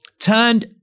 turned